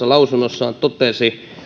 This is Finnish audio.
lausunnossaan totesi